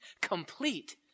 complete